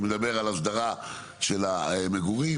שמדבר על הסדרה של המגורים,